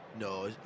No